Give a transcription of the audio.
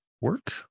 work